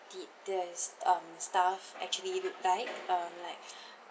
did this um staff actually replied um like